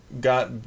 got